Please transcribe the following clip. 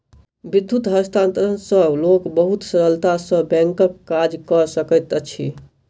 विद्युत हस्तांतरण सॅ लोक बहुत सरलता सॅ बैंकक काज कय सकैत अछि